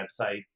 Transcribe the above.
websites